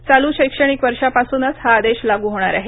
चालू शैक्षणिक वर्षापासूनच हा आदेश लागू होणार आहे